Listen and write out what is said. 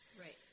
Right